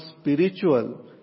spiritual